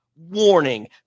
Warning